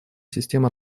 системы